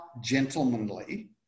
gentlemanly